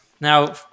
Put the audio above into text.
Now